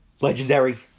legendary